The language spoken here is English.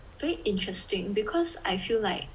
very interesting because I feel like